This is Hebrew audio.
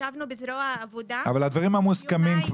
ישבנו בזרוע העבודה יומיים,